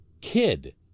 kid